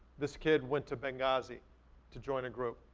this kid went to benghazi to join a group,